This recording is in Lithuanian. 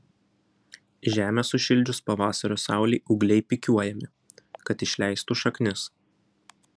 žemę sušildžius pavasario saulei ūgliai pikiuojami kad išleistų šaknis